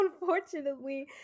unfortunately